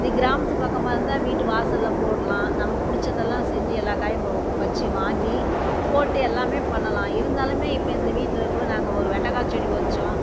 இப்படி கிராமத்து பக்கமாக இருந்தால் வீட்டு வாசலில் போடலாம் நமக்கு பிடிச்சதெல்லாம் செஞ்சு எல்லா காயும் வ வச்சு வாங்கி போட்டு எல்லாமே பண்ணலாம் இருந்தாலுமே இப்போ இந்த வீட்டில் இருக்கக்குள்ளே நாங்கள் ஒரு வெண்டக்காய் செடி வச்சோம்